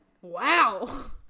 wow